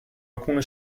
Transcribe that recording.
alcune